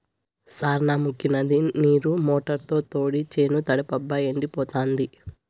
సార్నముకీ నది నీరు మోటారుతో తోడి చేను తడపబ్బా ఎండిపోతాంది